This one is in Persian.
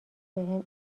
بهم